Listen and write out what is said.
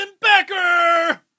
Becker